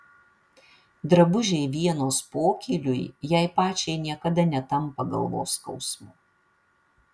drabužiai vienos pokyliui jai pačiai niekada netampa galvos skausmu